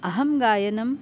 अहं गायनं